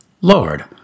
Lord